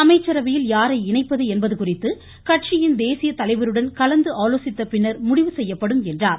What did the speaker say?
அமைச்சரவையில் யாரை இணைப்பது என்பது குறித்து கட்சியின் தேசிய தலைவருடன் கலந்து ஆலோசித்த பின்னர் முடிவு செய்யப்படும் என்றார்